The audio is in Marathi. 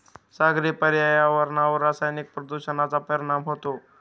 सागरी पर्यावरणावर रासायनिक प्रदूषणाचा परिणाम होतो